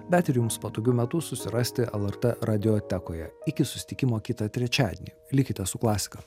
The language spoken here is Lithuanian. bet ir jums patogiu metu susirasti lrt radiotekoje iki susitikimo kitą trečiadienį likite su klasika